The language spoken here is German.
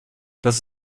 das